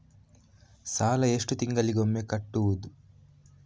ಸಾಲ ಎಷ್ಟು ತಿಂಗಳಿಗೆ ಒಮ್ಮೆ ಕಟ್ಟುವುದು?